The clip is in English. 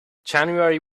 january